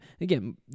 Again